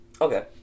Okay